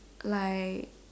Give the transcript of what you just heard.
like